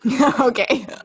Okay